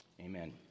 Amen